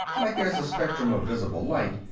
like there's a spectrum of visible light.